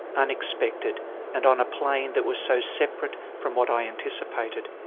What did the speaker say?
unexpected and on a plane that was so separate from what i anticipated.